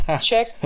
check